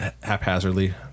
haphazardly